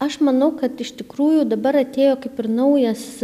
aš manau kad iš tikrųjų dabar atėjo kaip ir naujas